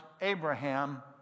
Abraham